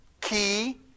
key